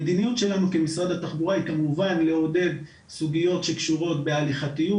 המדיניות שלנו כמשרד התחבורה היא כמובן לעודד סוגיות שקשורות בהליכתיות,